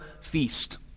feast